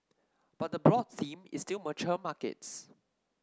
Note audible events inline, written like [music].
but the [noise] broad theme is still mature markets